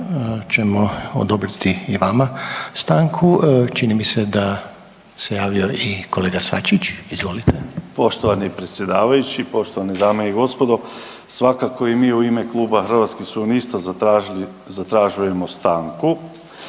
ćemo odobriti i vama stanku. Čini mi se da se javio i kolega Sačić, izvolite. **Sačić, Željko (Hrvatski suverenisti)** Poštovani predsjedavajući, poštovane dame i gospodo. Svakako i mi u ime Kluba Hrvatskih suverenista zatražujemo stanku